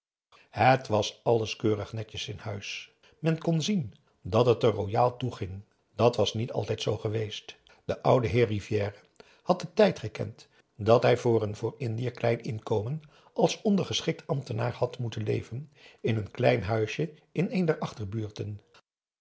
het was alles keurig netjes in huis men kon zien dat het er royaal toeging dat was niet altijd zoo geweest de oude heer rivière had den tijd gekend dat hij van een voor indië klein inkomen als ondergeschikt ambtenaar had moeten leven in een klein huisje in een